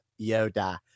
Yoda